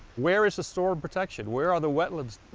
where is the storm protection? where are the wetlands?